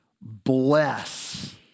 bless